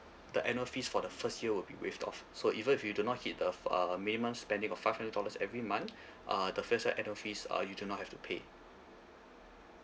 the annual fees for the first year will be waived off so even if you do not hit the uh minimum spending of five hundred dollars every month uh the first year annual fees uh you do not have to pay